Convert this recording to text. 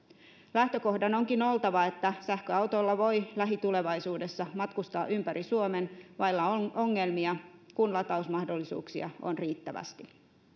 lähtökohdan onkin oltava että sähköautolla voi lähitulevaisuudessa matkustaa ympäri suomen vailla ongelmia kun latausmahdollisuuksia on riittävästi